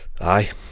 aye